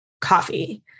coffee